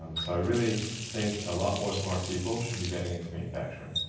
so, i really think a lot more smart people should be getting into manufacturing,